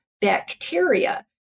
bacteria